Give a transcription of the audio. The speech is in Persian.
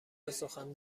بسخن